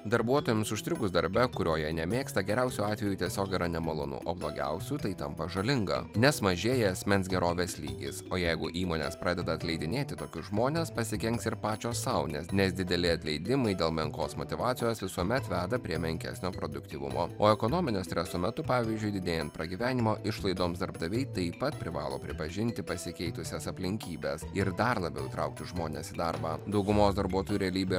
darbuotojams užstrigus darbe kurio jie nemėgsta geriausiu atveju tiesiog yra nemalonu o blogiausiu tai tampa žalinga nes mažėja asmens gerovės lygis o jeigu įmonės pradeda atleidinėti tokius žmones pasikenks ir pačios sau nes nes dideli atleidimai dėl menkos motyvacijos visuomet veda prie menkesnio produktyvumo o ekonominio streso metu pavyzdžiui didėjant pragyvenimo išlaidoms darbdaviai taip pat privalo pripažinti pasikeitusias aplinkybes ir dar labiau traukti žmones į darbą daugumos darbuotojų realybė